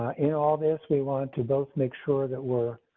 ah in all this we want to both make sure that we're.